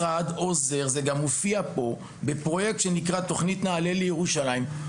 בתוכנית הפרויקט שנקרא ׳נעלה לירושלים׳,